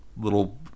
little